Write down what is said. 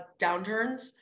downturns